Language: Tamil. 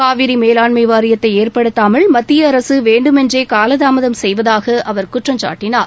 காவிரி மேலாண்மை வாரியத்தை ஏற்படுத்தாமல் மத்திய அரசு வேண்டுமென்றே காலதாமதம் செய்வதாக அவர் குற்றம்சாட்டனார்